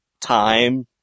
time